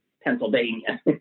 Pennsylvania